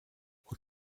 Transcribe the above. what